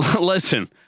listen